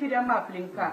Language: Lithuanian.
tiriama aplinka